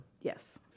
Yes